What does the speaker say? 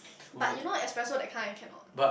but you know espresso that kind I cannot